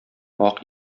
вак